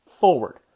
forward